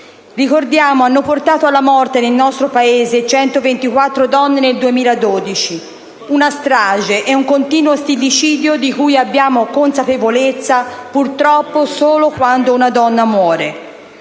ricordo - hanno portato alla morte nel nostro Paese 124 donne nel 2012: una strage e un continuo stillicidio, di cui purtroppo abbiamo consapevolezza solo quando una donna muore.